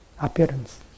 appearance